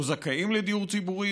או זכאים לדיור ציבורי,